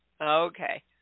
okay